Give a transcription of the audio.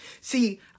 See